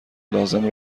لازم